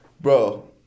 bro